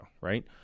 right